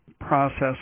process